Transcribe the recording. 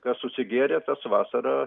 kas susigėrė tas vasarą